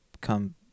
come